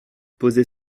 posez